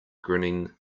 grinning